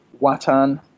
Watan